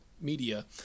media